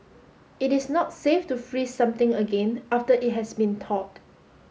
it is not safe to freeze something again after it has been thawed